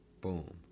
Boom